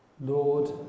Lord